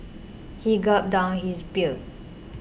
he gulped down his beer